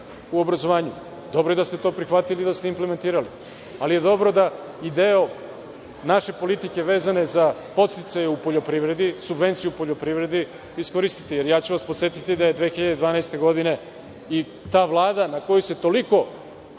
u obrazovanju. Dobro je da ste to prihvatili implementirali. Dobro je da ideju naše politike, vezane za podsticaje u poljoprivredi, subvencije u poljoprivredi, iskoristite. Podsetiću vas da je 2012. godine ta Vlada na koju se toliko